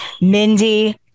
Mindy